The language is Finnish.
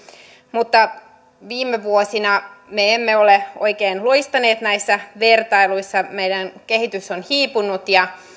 mutta viime vuosina me emme ole oikein loistaneet näissä vertailuissa meidän kehityksemme on hiipunut ja